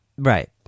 Right